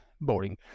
boring